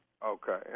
Okay